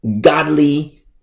godly